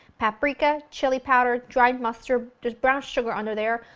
paprika, chili powder, dried mustard, there's brown sugar under there,